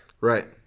Right